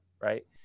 right